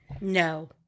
No